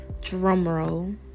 drumroll